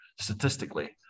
statistically